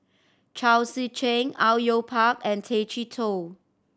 Chao Tzee Cheng Au Yue Pak and Tay Chee Toh